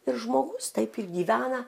ir žmogus taip ir gyvena